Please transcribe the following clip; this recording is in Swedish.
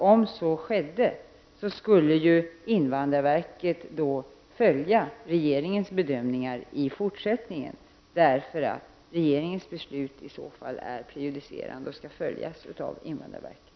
Om så skedde skulle invandrarverket i fortsättningen följa regeringens bedömningar, eftersom regeringens beslut i så fall är prejudicerande och skall följas av invandrarverket.